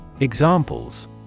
Examples